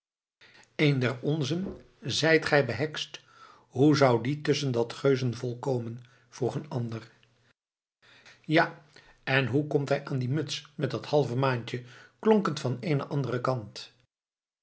een der onzen zijt gij behekst hoe zou die tusschen dat geuzenvolk komen vroeg een ander ja en hoe komt hij aan die muts met dat halve maantje klonk het van eenen anderen kant